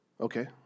Okay